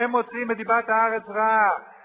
הם מוציאים את דיבת הארץ רעה.